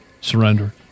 Surrender